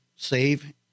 save